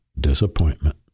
disappointment